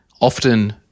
often